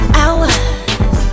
hours